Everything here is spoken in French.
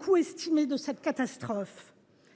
coût estimé de la catastrophe.